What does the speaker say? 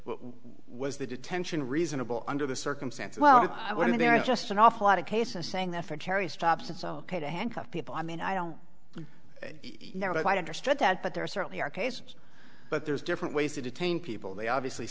what was the detention reasonable under the circumstance well i'm going to just an awful lot of cases saying that for terry stops it's ok to handcuff people i mean i don't know but understood that but there certainly are cases but there's different ways to detain people they obviously